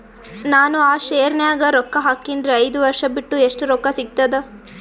ನಾನು ಆ ಶೇರ ನ್ಯಾಗ ರೊಕ್ಕ ಹಾಕಿನ್ರಿ, ಐದ ವರ್ಷ ಬಿಟ್ಟು ಎಷ್ಟ ರೊಕ್ಕ ಸಿಗ್ತದ?